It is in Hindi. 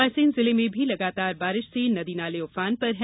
रायसेन जिले में भी लगातार बारिश से नदी नाले उफान पर हैं